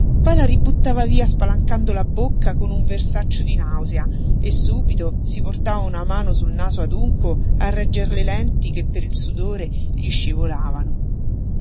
poi la ributtava via spalancando la bocca con un versaccio di nausea e subito si portava una mano sul naso adunco a regger le lenti che per il sudore gli scivolavano